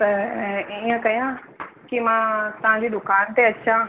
त ईअं कयां कि मां तव्हां जी दुकान ते अचां